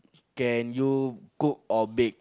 can you cook or bake